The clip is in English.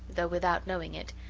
though without knowing it,